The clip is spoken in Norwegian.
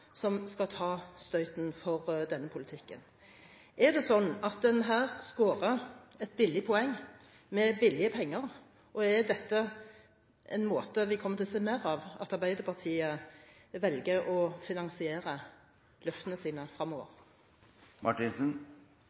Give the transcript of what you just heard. som skal ta støyten for denne politikken. Er det sånn at en her scorer et billig poeng med billige penger? Og er dette en måte vi kommer til å se mer av – at Arbeiderpartiet velger å finansiere løftene sine